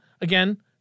Again